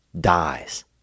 dies